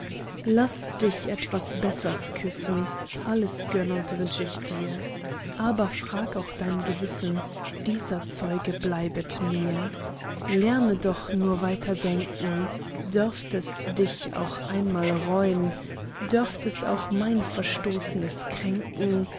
laß dich etwas bessers küssen alles gönn und wünsch ich dir aber frag auch dein gewissen dieser zeuge bleibet mir lerne doch nur weiter denken dörft es dich auch einmal reun dörft auch mein verstoßnes kränken